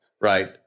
Right